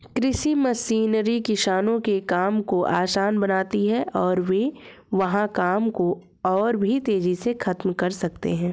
कृषि मशीनरी किसानों के काम को आसान बनाती है और वे वहां काम को और भी तेजी से खत्म कर सकते हैं